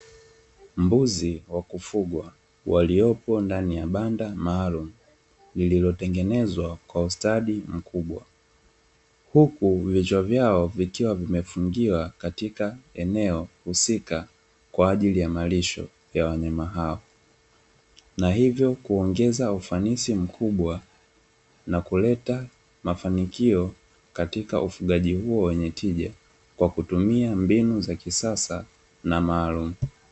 Mbuzi wa kufugwa waliopo ndani ya banda maalumu lililotengenezwa kwa ustadi mkubwa, huku vichwa vyao vikiwa vimefungiwa katika eneo husika kwa ajili ya malisho ya wanyama hao. Na hivyo kuongeza ufanisi mkubwa na hivyo kuleta mafanikio katika ufugaji huo wenye tija, kwa kutumia mbinu hizo za kisasa na maalum.